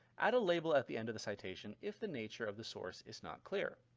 add a label at the end of the citation if the nature of the source is not clear.